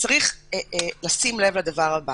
צריך לשים לב לדבר הבא